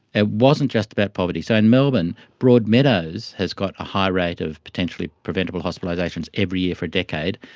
it wasn't just about poverty. so in melbourne, broadmeadows has got a high rate of potentially preventable hospitalisations every year for a decade.